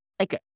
Okay